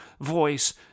voice